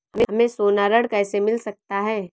हमें सोना ऋण कैसे मिल सकता है?